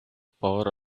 power